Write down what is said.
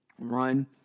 run